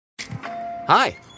Hi